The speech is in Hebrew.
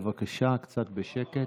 בבקשה, קצת בשקט.